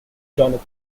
jonathan